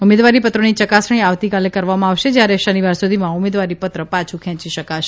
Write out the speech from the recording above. ઉમેદવારીપત્રોની યકાસણી આવતીકાલે કરવામાં આવશે જ્યારે શનિવાર સુધીમાં ઉમેદવારીપત્ર પાછું ખેંચી શકાશે